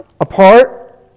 apart